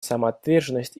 самоотверженность